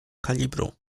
kalibru